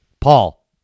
Paul